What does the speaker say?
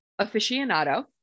aficionado